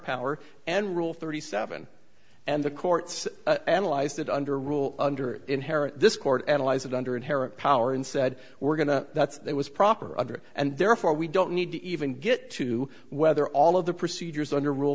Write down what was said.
power and rule thirty seven and the courts analyzed it under rule under inherit this court analyze it under inherent power and said we're going to that's that was proper under and therefore we don't need to even get to whether all of the procedures under rule